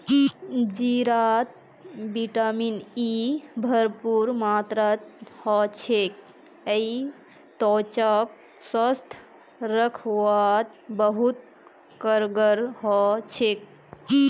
जीरात vitamin E भरपूर मात्रात ह छेक यई त्वचाक स्वस्थ रखवात बहुत कारगर ह छेक